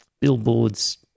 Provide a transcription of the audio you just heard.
billboards